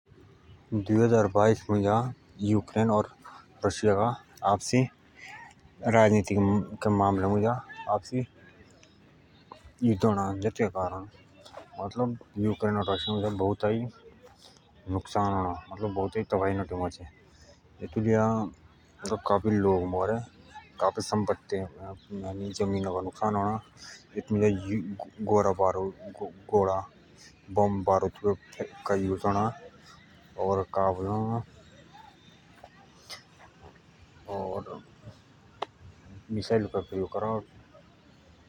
दुई हजार बाईश मुझ रशिया ओर यूक्रेन के बिच युद्ध जेतु कारण दुइक बोउताइ नुकसान आता एतु लेइ काफी लोग मअरे काफी सम्पत्ति का नुकसान अणा एतु मुझ गोडा बारूद का युज अणा और मिसाइलु का प्रयोग अणा।